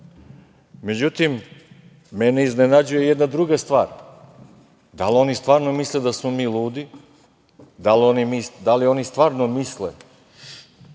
Međutim, mene iznenađuje jedna druga stvar, da li oni stvarno misle da smo mi ludi, da li oni stvarno misle